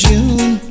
June